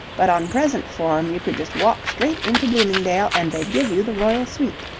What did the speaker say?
but on present form you could just walk straight into bloomingdale and they'd give you the royal suite.